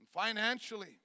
financially